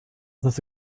this